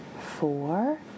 four